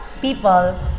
people